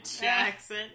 Jackson